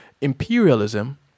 imperialism